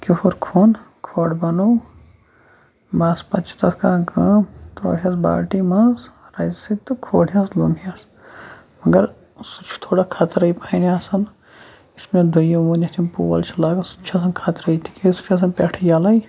کیُہُر کھوٚن کھۄڑ بَنوٚو بَس پَتہٕ چھِ تَتھ کران کٲم تروہیس بالٹیٖن منٛز رَزِ سۭتۍ تہٕ کھۄڑِ ہس لوٚمہٮ۪س مَگر سُہ چھُ تھوڑا خَطرٕے پَہنۍ آسان یُس مےٚ دوٚیِم ووٚن یَتھ یِم پول چھِ لاگان سُہ تہِ چھُ آسان خطرٕے تِکیاِ سُہ چھُ آسان پٮ۪ٹھٕ یلہٕ